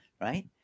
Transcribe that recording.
right